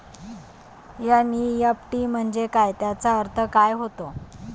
NEFT म्हंजे काय, त्याचा अर्थ काय होते?